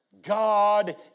God